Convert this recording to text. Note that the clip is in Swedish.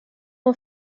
hon